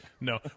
No